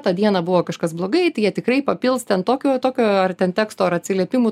tą dieną buvo kažkas blogai tai jie tikrai papils ten tokio tokio ar ten teksto ar atsiliepimų